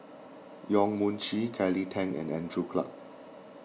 Yong Mun Chee Kelly Tang and Andrew Clarke